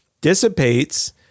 dissipates